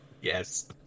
Yes